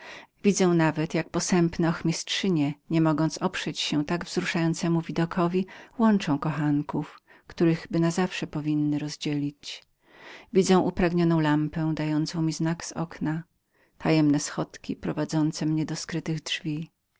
widzę nawet jak posępne ochmistrzynie nie mogąc oprzeć się tak wzruszającemu widokowi łączą kochanków którychby nazawsze powinne były rozdzielić widzę upragnioną lampę dającą mi znak z okna tajemne schodki prowadzące mnie do skrytych drzwi